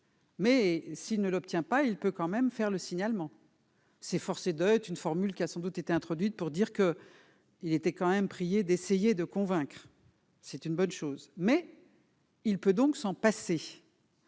Mais s'il ne l'obtient pas, il peut quand même faire le signalement. S'efforcer de d'une formule qui a sans doute été introduite pour dire qu'il était quand même prié d'essayer de convaincre et c'est une bonne chose mais. Il peut donc s'en passer,